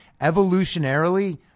Evolutionarily